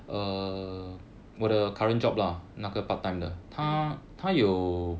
mm